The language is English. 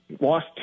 lost